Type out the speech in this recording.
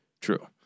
True